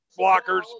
blockers